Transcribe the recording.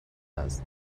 است